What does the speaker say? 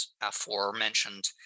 aforementioned